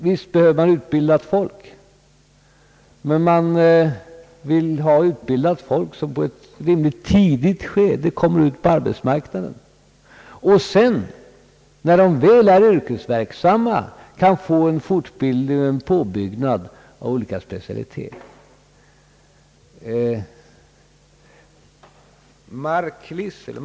Visst behövs utbildat folk, men man vill ha utbildat folk som i ett ganska tidigt skede kommer ut på arbetsmarknaden. När dessa människor sedan väl är yrkesverksamma kan de få en fortbildning och en påbyggnad av olika specialiteter.